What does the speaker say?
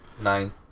nine